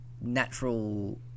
natural